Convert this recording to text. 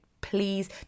please